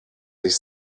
sich